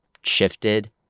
shifted